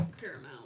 Paramount